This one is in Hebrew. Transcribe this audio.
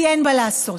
כי אין מה לעשות.